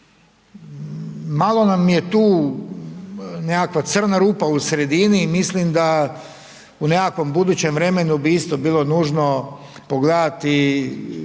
Malo nam je tu nekakva crna rupa u sredini, mislim da u nekakvom budućem vremenu bi isto bilo nužno pogledati